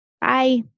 Bye